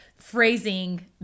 Phrasing